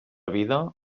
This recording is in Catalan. vida